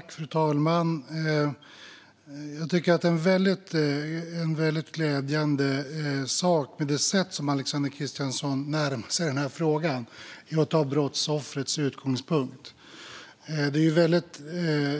Fru talman! Jag tycker att det sätt på vilket Alexander Christiansson närmar sig denna fråga är väldigt glädjande - man tar brottsoffrets utgångspunkt. Det är väldigt